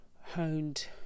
honed